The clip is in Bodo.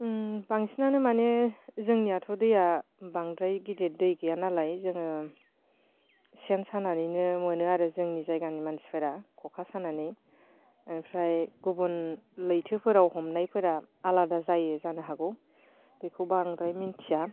बांसिनानै माने जोंनियाथ' दैया बांद्राय गिदिर दै गैया नालाय जोङो सेन सानानैनो मोनो आरो जोंनि जायगानि मानसिफोरा ख'खा सानानै ओमफ्राय गुबुन लैथोफोराव हमनायफोरा आलादा जायो जानोहागौ बेखौ बांद्राय मिनथिया